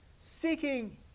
seeking